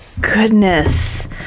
goodness